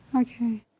Okay